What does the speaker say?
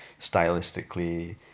stylistically